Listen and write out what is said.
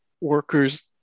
workers